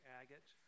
agate